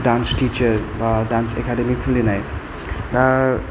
dance teacher बा dance academy खुलिनाय दा